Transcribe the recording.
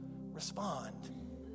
respond